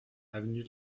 avenue